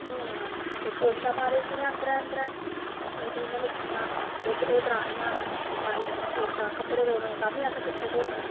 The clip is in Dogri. हुन ते पोच्छा मारे दियां अंदरै अंदरै दूइयां निक्कियां ओह् दरानियां न ओह् मारी उड़दियां न पौच्छा कपड़े धोने होन तामीं अस्स किट्ठे धोने